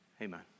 amen